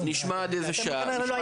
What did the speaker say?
אחרי.